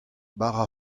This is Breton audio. bara